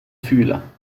fühler